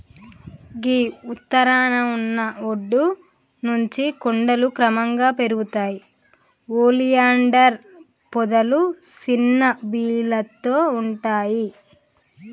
గీ ఉత్తరాన ఉన్న ఒడ్డు నుంచి కొండలు క్రమంగా పెరుగుతాయి ఒలియాండర్ పొదలు సిన్న బీలతో ఉంటాయి